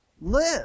Live